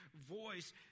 voice